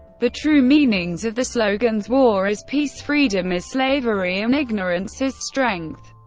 the true meanings of the slogans war is peace, freedom is slavery, and ignorance is strength,